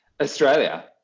Australia